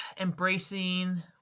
embracing